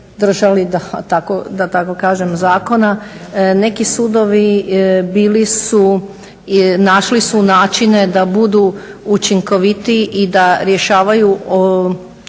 držali da tako kažem zakona. Neki sudovi bili su, našli su načine da budu učinkovitiji i da rješavaju